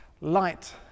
light